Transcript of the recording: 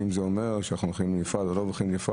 האם זה אומר שאנחנו הולכים בנפרד או לא הולכים בנפרד,